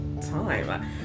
time